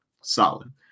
solid